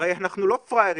הרי אנחנו לא פראיירים,